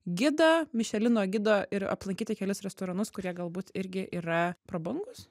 gidą michelino gidą ir aplankyti kelis restoranus kurie galbūt irgi yra prabangūs